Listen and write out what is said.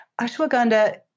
Ashwagandha